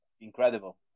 incredible